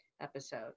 episode